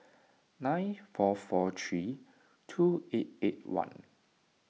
nine four four three two eight eight one